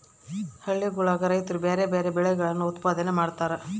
ಹಳ್ಳಿಗುಳಗ ರೈತ್ರು ಬ್ಯಾರೆ ಬ್ಯಾರೆ ಬೆಳೆಗಳನ್ನು ಉತ್ಪಾದನೆ ಮಾಡತಾರ